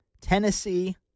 Tennessee